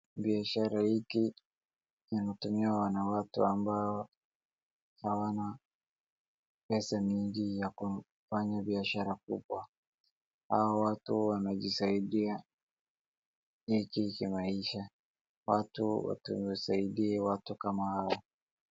Biashara hiki inatumiwa na watu ambao hawana pesa mingi ya kufanya biashara kubwa. Hawa watu wanajisaidia hiki kimaisha. Watu watawasaidia watu kama hawa.